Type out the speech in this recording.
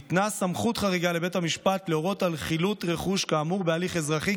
ניתנה סמכות חריגה לבית המשפט להורות על חילוט רכוש כאמור בהליך אזרחי